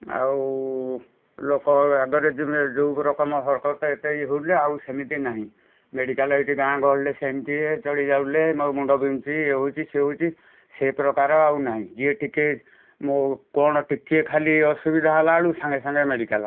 ଆଉ ଲୋକ ଆଗରେ ଯିବେ ଯେଉଁ ରକମ ହରକତ ଏତେ ଇଏ ହେଉଥିଲେ ଆଉ ସେମିତି ନାହିଁ ମେଡ଼ିକାଲ୍ ଏଠି ଗାଁ ଗହଳିରେ ସେମିତି ଚଳି ଯାଉଥିଲେ ମୁଣ୍ଡ ବିନ୍ଧୁଛୁ ଇଏ ହେଉଛି ସିଏ ହେଉଛି ସେ ପ୍ରକାର ଆଉ ନାହିଁ ଯିଏ ଟିକେ ମୋ କଣ ଟିକେ ଖାଲି ଅସୁବିଧା ହେଲା ବେଳକୁ ସାଙ୍ଗେ ସାଙ୍ଗେ ମେଡ଼ିକାଲ୍